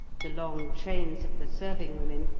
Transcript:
the long trains of the serving-women,